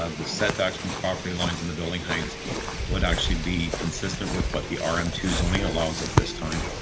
ah the setbacks from property lines in the building heights would actually be consistent with what the rm um two zoning allows at this time.